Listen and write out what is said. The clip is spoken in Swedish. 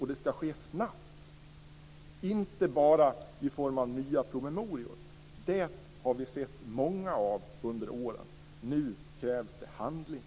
Och det ska ske snabbt, inte bara i form av nya promemorior. Det har vi sett många av under åren. Nu krävs det handling.